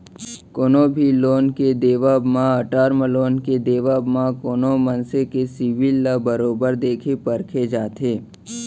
कोनो भी लोन के देवब म, टर्म लोन के देवब म कोनो मनसे के सिविल ल बरोबर देखे परखे जाथे